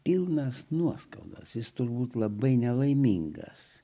pilnas nuoskaudos jis turbūt labai nelaimingas